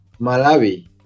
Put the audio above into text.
Malawi